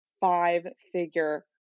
five-figure